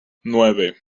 nueve